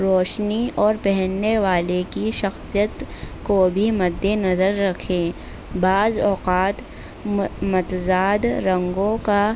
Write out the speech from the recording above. روشنی اور پہننے والے کی شخصیت کو بھی مد نظر رکھیں بعض اوقات متضاد رنگوں کا